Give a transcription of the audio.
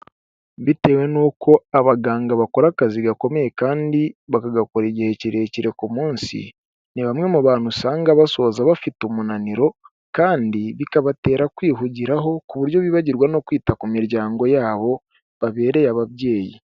Bitewe n'uko abaganga bakora akazi gakomeye kandi bagakora igihe kirekire ku munsi, ni bamwe mu bantu usanga basoza bafite umunaniro; kandi bikabatera kwihugiraho, ku buryo bibagirwa no kwita ku miryango yabo babereye ababyeyi.